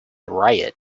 riot